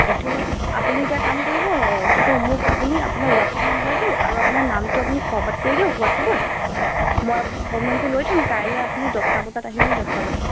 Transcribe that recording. actually আপুনি এটা কাম কৰিব কি কয় মোক আপুনি আপোনাৰ হোৱাটছাপ নম্বাৰটো আৰু আপোনাৰ নামটো আপুনি ফৰ্ৱাৰ্ড কৰি দিয়ক হোৱাটছাপত মই এপইণ্টমেণ্টটো লৈ থ'ম কাইলে আপুনি দছটা বজাত আহি মোক দেখাই যাব